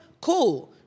Cool